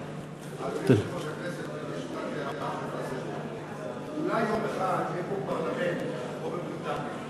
יש לי הצעה לסדר: אולי יום אחד יהיה פה פרלמנט כמו בבריטניה.